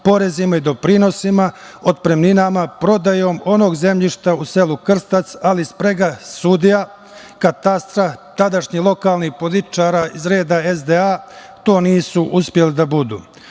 porezima i doprinosima, otpremninama, prodajom onog zemljišta u selu Krstac, ali sprega sudija, Katastra, tadašnjih lokalnih političara iz reda SDA to nisu uspeli da